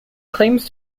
claims